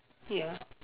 ya